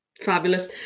Fabulous